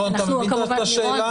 לירון, אתה מבין טוב את השאלה?